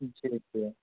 ठीक छै